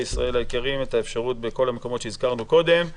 ישראל היקרים בכל המקומות שהזכרנו קודם.